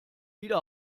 wieder